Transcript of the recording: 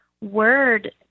word